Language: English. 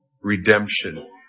Redemption